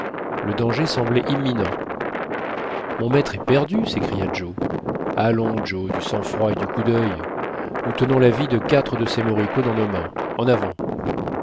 le danger semblait imminent mon maître est perdu s'écria joe allons joe du sang-froid et du coup d'il nous tenons la vie de quatre de ces moricauds dans nos mains en ayant